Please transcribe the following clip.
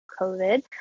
COVID